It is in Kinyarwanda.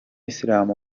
islam